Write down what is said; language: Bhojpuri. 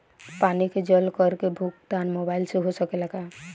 पानी के जल कर के भुगतान मोबाइल से हो सकेला का?